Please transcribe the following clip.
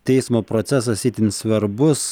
teismo procesas itin svarbus